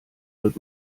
wird